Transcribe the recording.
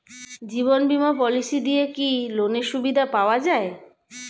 জীবন বীমা পলিসি দিয়ে কি লোনের সুবিধা পাওয়া যায়?